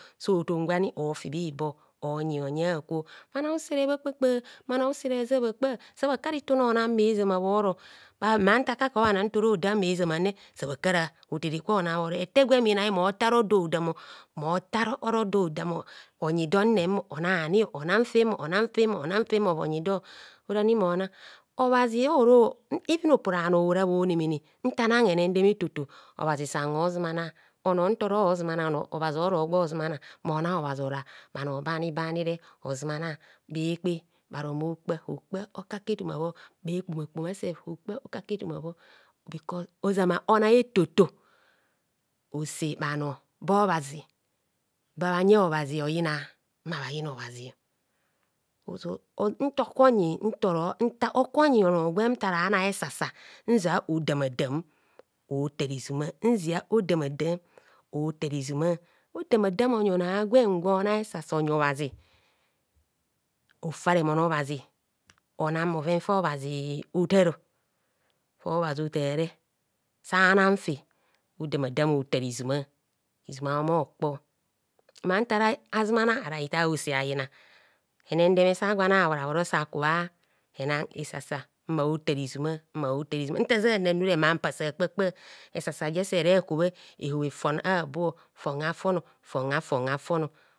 So ton gwe ani ofi bhi bo onyi honye a'kwo bhano usere bha kpa kpa, bhanor useve aja bha kpa sabha kara itune ona bhe zam bheroma ntakaka bhana nto ro dam bhe zama re sa bha kara hoteve kwe ona bhoro ete gwem inai mmo ta ro do ho dam mota aro do hodamo onyi dor nnemo onani onani onan fem onan femo ovonyi dor orani mona obhazi ohoro even oporabhanor ora bhone mene ntar nang henendeme eto to obhazi san dzumana onor ntora ozumana obhazi oro gbo zumana mona obha ora bhanor bani bani ozumana bhekpe bharo mo kpa hokpa okaku etoma bho, bhe ku bha kubha sefu okpa okaku etoma bho bkos ozama ona etoto ose bhanor ba obha zi babhayen obha zi oyina mma bha yina obhazio (starmering) hoku onyi onor gwem nta rana esasa nzia odama dam otar izuma nzia ho’ damadam otar izuma odama dam onyi onor agwen gwo na esasa onyi obhazi ofa remon obhazi onan bhoven fa obhazi otav fa obhazi otare sa nan fe odamadam otar izuma, izuma omo kpor ma ntar azumana ara hitar hose ayina hene ndeme sa gwo ana abhora bhoro sa he kubho ena esasa mma hotar izuma hotar izuma ntav jana nanure ma mma sa kpakpa esase je sere ku bho eho bhe fon a'bo, fon, fon a’ fon a’ fonor.